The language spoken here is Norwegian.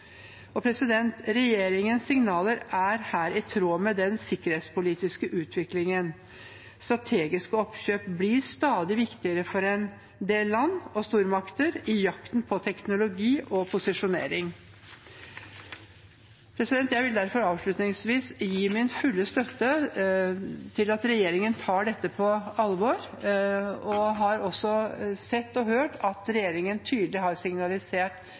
Regjeringens signaler er her i tråd med den sikkerhetspolitiske utviklingen. Strategiske oppkjøp blir stadig viktigere for en del land og stormakter i jakten på teknologi og posisjonering. Jeg vil derfor avslutningsvis gi min fulle støtte til at regjeringen tar dette på alvor. Jeg har også sett og hørt at regjeringen tydelig har signalisert